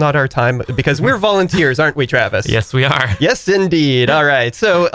not our time because we're volunteers aren't we travis yes we are yes indeed all right so